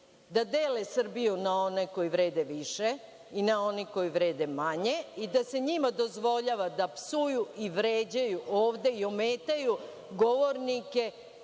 da dele Srbiju na one koji vrede više i na one koji vrede manje i da se njima dozvoljava da psuju i vređaju ovde i ometaju govornike